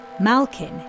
Malkin